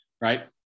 Right